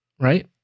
right